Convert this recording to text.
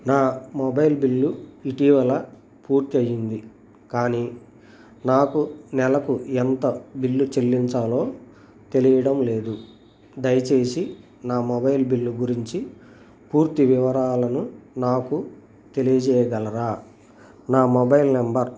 నా mobile bill ఇటీవల పూర్తి అయ్యింది కానీ నాకు నెలకు ఎంత బిల్లు చెల్లించాలో తెలియడం లేదు దయచేసి నా మొబైల్ బిల్లు గురించి పూర్తి వివరాలను నాకు తెలియచేయగలరా నా మొబైల్ నెంబర్